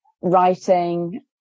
writing